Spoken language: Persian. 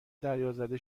دریازده